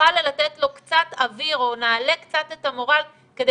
נוכל לתת לו קצת אוויר או נעלה קצת את המורל כדי